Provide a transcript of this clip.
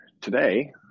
today